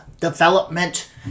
development